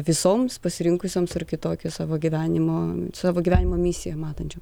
visoms pasirinkusioms ar kitokį savo gyvenimo savo gyvenimo misiją matančią